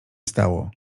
stało